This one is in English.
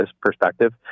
perspective